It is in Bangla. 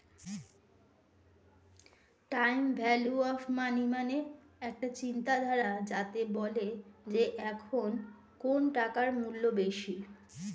টাইম ভ্যালু অফ মনি মানে একটা চিন্তাধারা যাতে বলে যে এখন কোন টাকার মূল্য বেশি